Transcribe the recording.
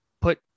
put